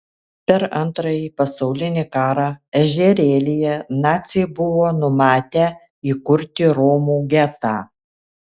per antrąjį pasaulinį karą ežerėlyje naciai buvo numatę įkurti romų getą